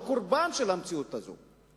הוא קורבן של המציאות הזאת.